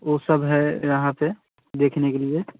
वह सब है यहाँ पर देखने के लिए